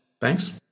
Thanks